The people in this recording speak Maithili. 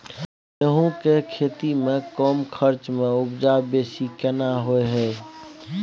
गेहूं के खेती में कम खर्च में उपजा बेसी केना होय है?